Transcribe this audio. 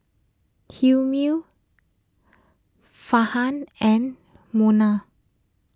Hilmi Farhan and Munah